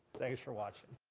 thanks for watching